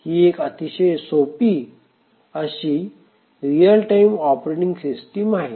ही एक अतिशय सोपी अशी रियल टाइम ऑपरेटिंग सिस्टीम आहे